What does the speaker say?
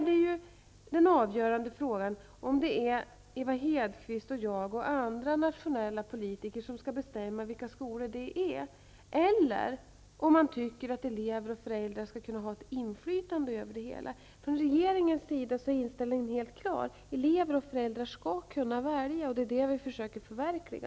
Den avgörande frågan är om det är Ewa Hedkvist Petersen, jag och andra nationella politiker som skall bestämma vilka skolor det skall vara eller om elever och föräldrar skall kunna ha ett inflytande över det hela. Från regeringens sida är inställningen helt klar: elever och föräldrar skall kunna välja. Detta har vi försökt förverkliga.